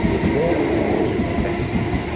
more will be measured back to you.